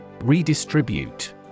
Redistribute